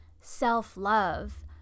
self-love